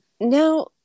Now